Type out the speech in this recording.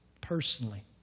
personally